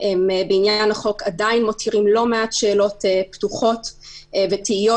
בעניין החוק עדיין מותירים לא מעט שאלות פתוחות ותהיות